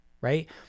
right